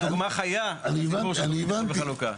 דוגמא חיה, בסיפור של איחוד וחלוקה.